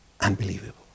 Unbelievable